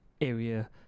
area